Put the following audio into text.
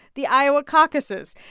the iowa caucuses.